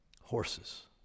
Horses